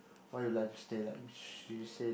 why you like to stay late she say that